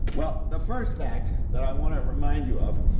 well, the first fact that i want to remind you of,